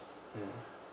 mm